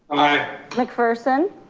aye. mcpherson,